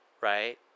right